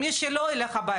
איך הוא מזדהה,